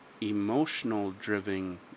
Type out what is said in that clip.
emotional-driven